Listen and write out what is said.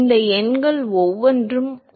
இந்த எண்கள் ஒவ்வொன்றும் குறிக்கின்றன